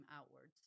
outwards